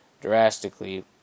drastically